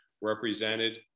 represented